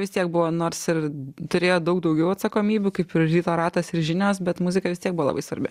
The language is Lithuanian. vis tiek buvo nors ir turėjot daug daugiau atsakomybių kaip ir ryto ratas ir žinios bet muzika vis tiek buvo labai svarbi